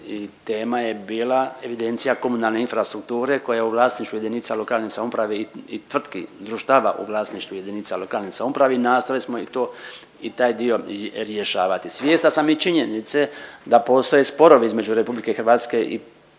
tema je bila evidencija komunalne infrastrukture koja je u vlasništvu JLS i tvrtki društava u vlasništvu JLS i nastojali smo i to, i taj dio rješavati. Svjestan sam i činjenice da postoje sporovi između RH i